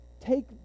take